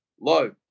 low